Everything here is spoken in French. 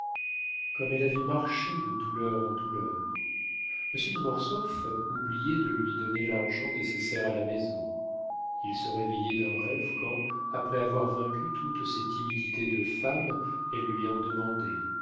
comme elle avait marché de douleur en douleur monsieur de mortsauf oubliait de lui donner l'argent nécessaire à la maison il se réveillait d'un rêve quand après avoir vaincu toutes ses timidités de femme elle lui en demandait